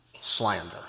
slander